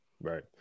Right